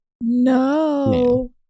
No